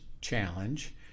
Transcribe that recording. challenge